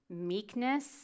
meekness